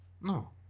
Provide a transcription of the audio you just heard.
No